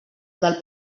del